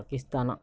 Pakistan